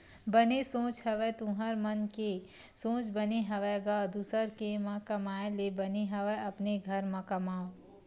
बने सोच हवस तुँहर मन के सोच बने हवय गा दुसर के म कमाए ले बने हवय अपने घर म कमाओ